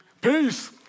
Peace